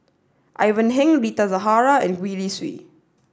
Ivan Heng Rita Zahara and Gwee Li Sui